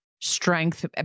strength